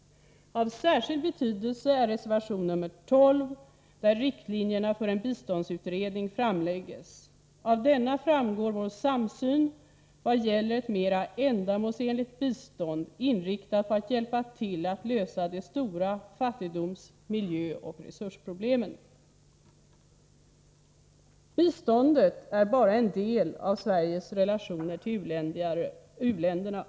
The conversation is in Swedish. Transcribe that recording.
Av särskild betydelse är reservation nr 12, där riktlinjerna för en biståndsutredning framläggs. Av denna framgår vår samsyn vad gäller ett mera ändamålsenligt bistånd, inriktat på att hjälpa till att lösa de stora fattigdoms-, miljöoch resursproblemen. Biståndet är bara en del av Sveriges relationer till u-länderna.